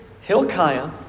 Hilkiah